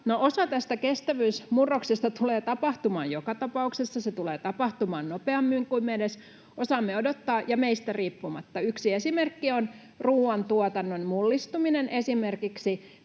tästä kestävyysmurroksesta tulee tapahtumaan joka tapauksessa. Se tulee tapahtumaan nopeammin kuin me edes osaamme odottaa ja meistä riippumatta. Yksi esimerkki on ruoantuotannon mullistuminen